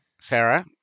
Sarah